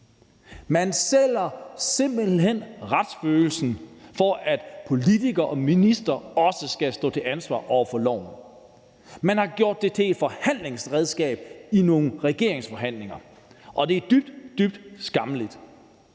Man sælger simpelt hen retsfølelsen, for at politikere og ministre også skal stå til ansvar over for loven. Man har gjort det til et forhandlingsredskab i nogle regeringsforhandlinger, og det er dybt, dybt skammeligt.